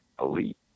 elite